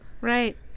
Right